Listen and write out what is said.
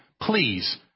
Please